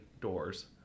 doors